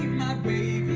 not be